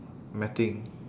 matting